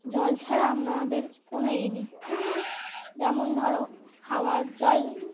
জল ছাড়া আমাদের কোনো এ নেই তেমন যেমন ধরো খাবার জল